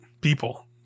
people